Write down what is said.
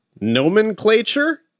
nomenclature